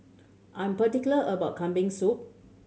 I'm particular about Kambing Soup